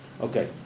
okay